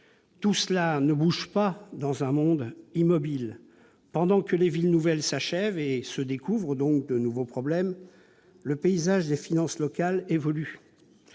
n'est lui-même pas immobile. Pendant que les villes nouvelles s'achèvent et se découvrent de nouveaux problèmes, le paysage des finances locales évolue.